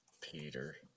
Peter